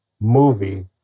movie